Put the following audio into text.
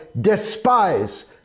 despise